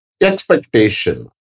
expectation